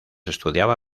estudiaba